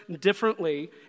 differently